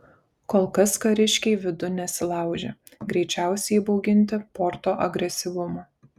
kol kas kariškiai vidun nesilaužė greičiausiai įbauginti porto agresyvumo